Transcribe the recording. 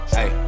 Hey